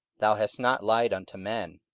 thou hast not lied unto men,